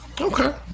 Okay